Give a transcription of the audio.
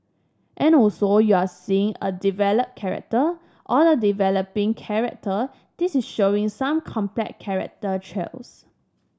and also you're seeing a developed character or a developing character this is showing some complex character traits